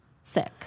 sick